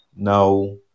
Now